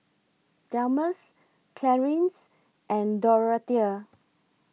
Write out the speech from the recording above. Delmus Clarice and Dorathea